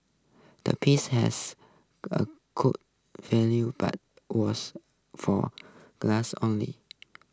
the piece has a cool value but was for glass only